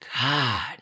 God